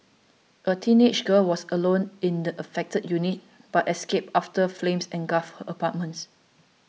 a teenage girl was alone in the affected unit but escaped after flames engulfed her apartments